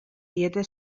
diete